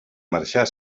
marxar